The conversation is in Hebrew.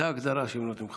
זאת ההגדרה שהם נותנים לך.